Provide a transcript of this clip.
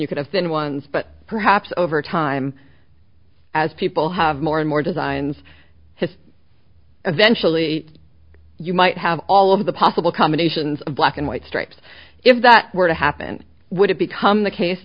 you could have been ones but perhaps over time as people have more and more designs eventually you might have all of the possible combinations of black and white stripes if that were to happen would it become the case